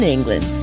England